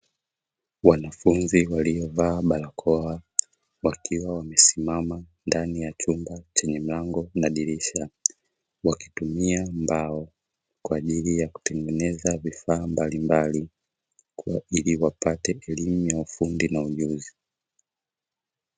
Wanafunzi walio vaa barakoa wakiwa wamesimama ndani ya chumba chenye mlango na dirisha, wakitumia mbao kwaajili ya kutengeneza vifaa mbalimbali ili wapate elimu ya ufundi na ujuzi.